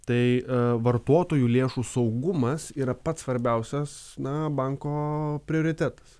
tai vartotojų lėšų saugumas yra pats svarbiausias na banko prioritetas